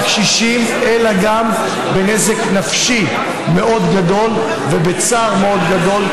קשישים אלא גם בנזק נפשי מאוד גדול ובצער מאוד גדול.